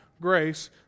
grace